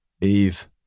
Eve